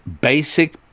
basic